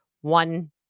one